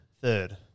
Third